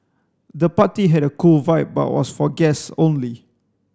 the party had a cool vibe but was for guest only